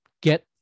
get